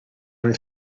oedd